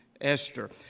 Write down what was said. Esther